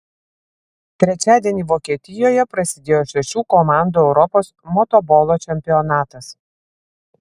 trečiadienį vokietijoje prasidėjo šešių komandų europos motobolo čempionatas